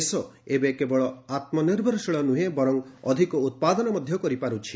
ଦେଶ ଏବେ କେବଳ ଆତ୍ମନିର୍ଭରଶୀଳ ନୁହେଁ ବର୍ଚ୍ଚ ଅଧିକ ଉତ୍ପାଦନ ମଧ୍ୟ କରିପାରୁଛି